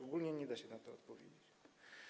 Ogólnie nie da się na to odpowiedzieć.